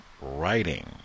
writing